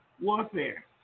warfare